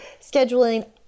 scheduling